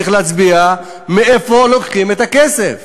צריך להצביע מאיפה לוקחים את הכסף.